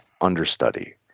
understudy